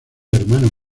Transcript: hermano